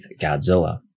Godzilla